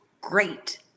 great